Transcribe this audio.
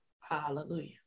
Hallelujah